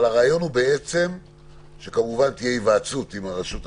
אבל הרעיון הוא בעצם שכמובן תהיה היוועצות עם הרשות המקומית,